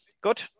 Good